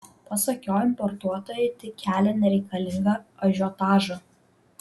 pasak jo importuotojai tik kelia nereikalingą ažiotažą